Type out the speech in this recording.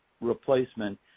replacement